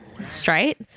straight